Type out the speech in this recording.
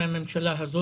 המעונות.